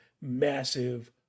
massive